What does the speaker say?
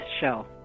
show